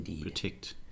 protect